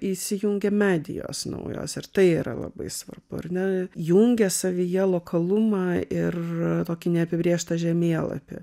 įsijungia medijos naujos ir tai yra labai svarbu ar ne jungia savyje lokalumą ir tokį neapibrėžtą žemėlapį